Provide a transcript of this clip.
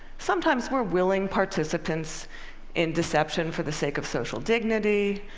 sometimes we're willing participants in deception for the sake of social dignity,